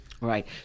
Right